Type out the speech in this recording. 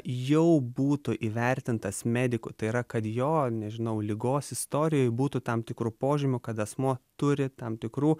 jau būtų įvertintas medikų tai yra kad jo nežinau ligos istorijoj būtų tam tikrų požymių kad asmuo turi tam tikrų